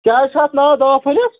کیٛاہ چھُ اَتھ ناو دَوا پھٔلِس